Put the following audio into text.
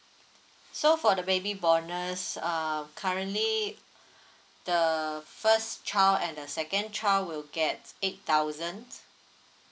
so for the baby bonus um currently the first child and the second child will get eight thousand